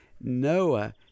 Noah